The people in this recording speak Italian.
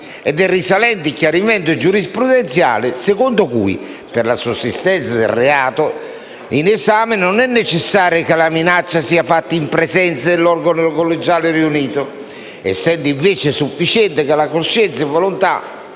nel tempo il chiarimento giurisprudenziale secondo cui, per la sussistenza del reato in esame, non è necessario che la minaccia sia fatta in presenza dell'organo collegiale riunito, essendo invece sufficiente la cosciente volontà